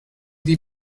die